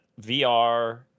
VR